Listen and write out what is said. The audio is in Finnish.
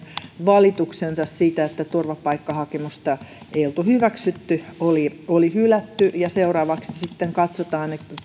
valituksensa siitä että turvapaikkahakemusta ei oltu hyväksytty oli oli hylätty ja seuraavaksi sitten katsotaan